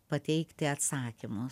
pateikti atsakymus